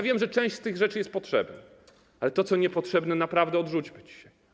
Wiem, że część z tych rzeczy jest potrzebna, ale to, co niepotrzebne, naprawdę można odrzucić.